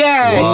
Yes